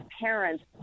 parents